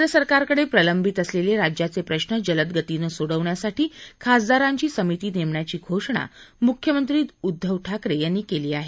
केंद्र सरकारकडे प्रलंबित असलेले राज्याचे प्रश्न जलदगतीनं सोडवण्यासाठी खासदारांची समिती नेमण्याची घोषणा मुख्यमंत्री उद्धव ठाकरे यांनी केली आहे